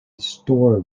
stored